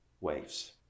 waves